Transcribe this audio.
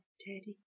Teddy